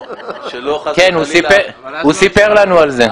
הוא סיפר לנו על זה.